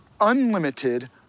unlimited